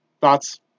Thoughts